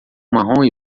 marrom